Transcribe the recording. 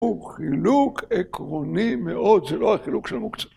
הוא חילוק עקרוני מאוד, זה לא החילוק של המוקצה.